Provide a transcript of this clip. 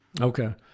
Okay